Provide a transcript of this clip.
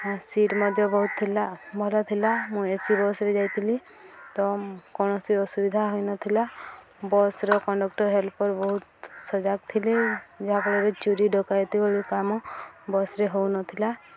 seat ମଧ୍ୟ ବହୁତ ଥିଲା ଭଲ ଥିଲା ମୁଁ ଏସି ବସ୍ରେ ଯାଇଥିଲି ତ କୌଣସି ଅସୁବିଧା ହୋଇନଥିଲା ବସ୍ର କଣ୍ଡକ୍ଟର ହେଲ୍ପର ବହୁତ ସଜାଗ ଥିଲେ ଯାହାଫଳରେ ଚୋରି ଡ଼କାୟତି ଭଳି କାମ ବସ୍ରେ ହେଉନଥିଲା